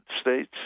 States